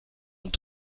und